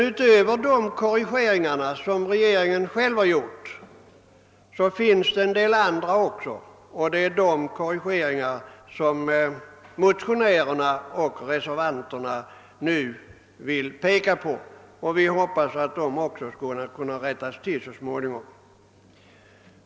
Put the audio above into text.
Utöver de korrigeringar som regeringen själv har gjort finns det också en del andra att göra, och det är dessa korrigeringar motionärerna och re: servanterna nu vill peka på, och vi hoppas på en rättelse härvidlag så småningom.